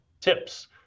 tips